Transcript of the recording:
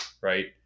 right